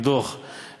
לטענת הדוח,